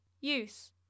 Use